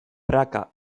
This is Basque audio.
praka